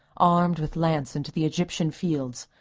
armed with lance into the aegyptian fields,